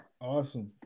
awesome